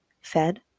fed